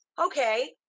Okay